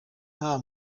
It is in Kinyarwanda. nta